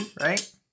right